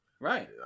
Right